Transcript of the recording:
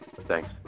Thanks